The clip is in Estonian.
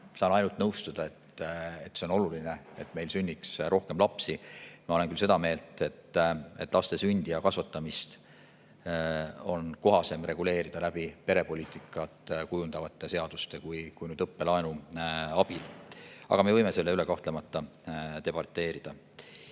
saan ainult nõustuda, et see on oluline, et meil sünniks rohkem lapsi. Ma olen küll seda meelt, et laste sündi ja kasvatamist on kohasem reguleerida perepoliitikat kujundavate seaduste, mitte õppelaenu abil. Aga me võime selle üle kahtlemata debateerida.